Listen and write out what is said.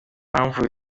impamvu